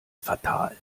fatal